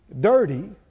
Dirty